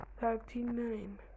thirty-nine